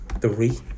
Three